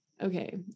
okay